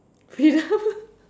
freedom